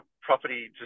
property